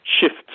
shifts